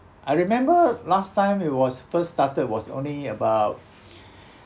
I remember last time it was first started was only about